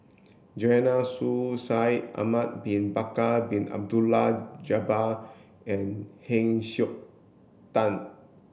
Joanne Soo Shaikh Ahmad bin Bakar Bin Abdullah Jabbar and Heng Siok Dan